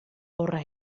horra